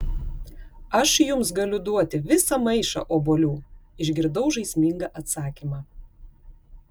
aš jums galiu duoti visą maišą obuolių išgirdau žaismingą atsakymą